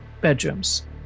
bedrooms